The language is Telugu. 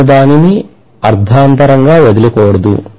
నేను దానిని అర్ధంతరంగా వదిలకూడదు